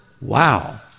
Wow